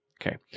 Okay